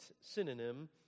synonym